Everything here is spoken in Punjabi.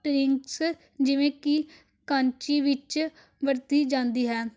ਡਰਿੰਕਸ ਜਿਵੇਂ ਕਿ ਕਾਂਚੀ ਵਿੱਚ ਵਰਤੀ ਜਾਂਦੀ ਹੈ